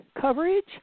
coverage